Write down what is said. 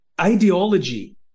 ideology